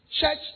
church